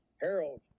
harold